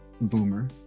boomer